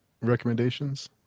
recommendations